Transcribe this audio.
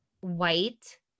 white